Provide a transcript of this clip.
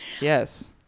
Yes